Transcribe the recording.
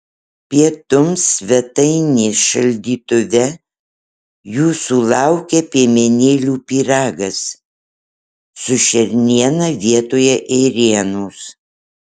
pietums svetainės šaldytuve jūsų laukia piemenėlių pyragas su šerniena vietoje ėrienos